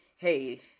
Hey